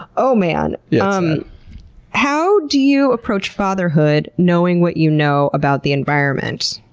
oh, man. yeah um how do you approach fatherhood, knowing what you know about the environment?